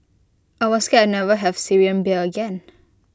I was scared I never have Syrian beer again